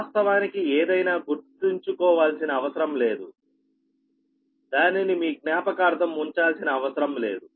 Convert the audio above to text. వాస్తవానికి ఏదైనా గుర్తుంచుకోవాల్సిన అవసరం లేదు దానిని మీ జ్ఞాపకార్థం ఉంచాల్సిన అవసరం లేదు